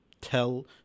tell